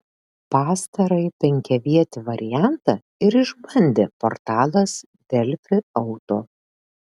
pastarąjį penkiavietį variantą ir išbandė portalas delfi auto